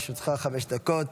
בבקשה, לרשותך חמש דקות.